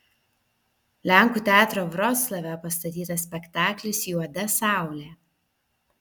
lenkų teatro vroclave pastatytas spektaklis juoda saulė